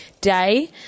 day